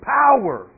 power